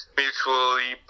mutually